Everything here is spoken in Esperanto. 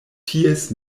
ties